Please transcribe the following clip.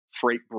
freight